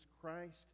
Christ